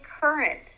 current